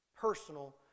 personal